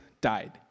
died